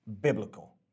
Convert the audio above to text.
biblical